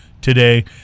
today